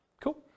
Cool